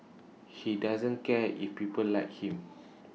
he doesn't care if people like him